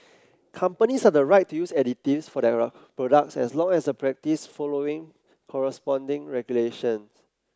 companies have the right to use additives for their products as long as this practice following follows corresponding regulations